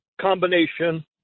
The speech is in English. combination